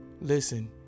listen